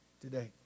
today